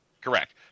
Correct